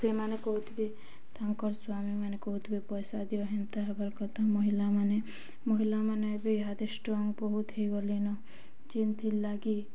ସେମାନେ କହୁଥିବେ ତାଙ୍କର ସ୍ୱାମୀମାନେ କହୁଥିବେ ପଇସା ଦିଆ ହେନ୍ତା ହେବାର କଥା ମହିଳାମାନେ ମହିଳାମାନେ ବି ଇହାଦେ ଷ୍ଟ୍ରଙ୍ଗ ବହୁତ ହେଇଗଲେନ ଯେନ୍ଥିର୍ ଲାଗି